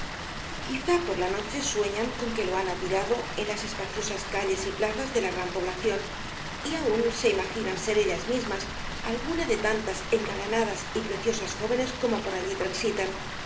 quizá por la noche sueñan con lo que han admirado en las espaciosas calles y plazas de la gran población y aun se imaginan ser ellas mismas alguna de tantas engalanadas y preciosas jóvenes como por allí transitan